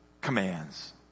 commands